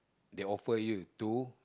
they offer you to